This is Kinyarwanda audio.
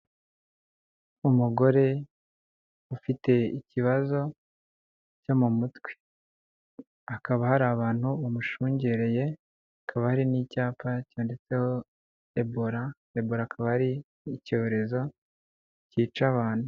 Umugore ufite ikibazo cyo mu mutwe. Hakaba hari abantu bamushungereye. Hakaba hari n'icyapa cyanditseho ebola. Ebola akaba ari icyorezo cyica abantu.